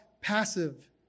passive